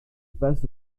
passe